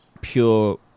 pure